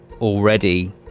already